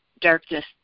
darkness